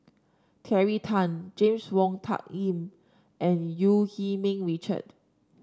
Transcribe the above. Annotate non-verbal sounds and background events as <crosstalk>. Terry Tan James Wong Tuck Yim and Eu <unintelligible> Ming Richard